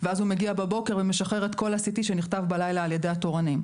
ואז הוא מגיע בבוקר ומשחרר את כל ה-CT שנכתב בלילה על ידי התורנים.